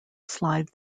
slide